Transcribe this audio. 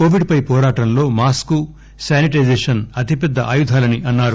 Covid పై పోరాటంలో mask sanitization అతిపెద్ద ఆయుదాలన్నారు